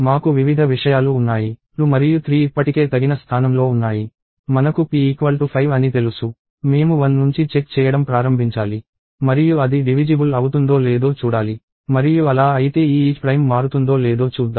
మాకు వివిధ విషయాలు ఉన్నాయి 2 మరియు 3 ఇప్పటికే తగిన స్థానంలో ఉన్నాయి మనకు p5 అని తెలుసు మేము 1 నుంచి చెక్ చేయడం ప్రారంభించాలి మరియు అది డివిజిబుల్ అవుతుందో లేదో చూడాలి మరియు అలా అయితే ఈ isPrime మారుతుందో లేదో చూద్దాం